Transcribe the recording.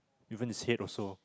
even his head also